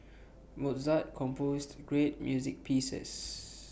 Mozart composed great music pieces